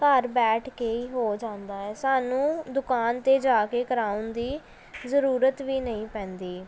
ਘਰ ਬੈਠ ਕੇ ਹੀ ਹੋ ਜਾਂਦਾ ਸਾਨੂੰ ਦੁਕਾਨ 'ਤੇ ਜਾ ਕੇ ਕਰਾਉਣ ਦੀ ਜ਼ਰੂਰਤ ਵੀ ਨਹੀਂ ਪੈਂਦੀ